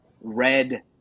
red